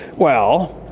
well,